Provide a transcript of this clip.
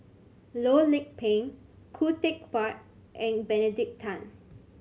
Loh Lik Peng Khoo Teck Puat and Benedict Tan